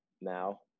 Now